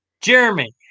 Jeremy